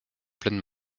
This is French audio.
pleine